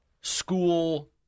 school